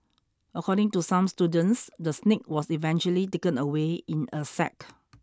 according to some students the snake was eventually taken away in a sack